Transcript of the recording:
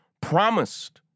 promised